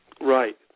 Right